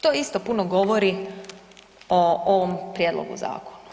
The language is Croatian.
To isto puno govori o ovom prijedlogu zakona.